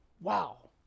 wow